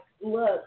look